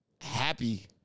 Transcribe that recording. happy